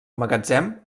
magatzem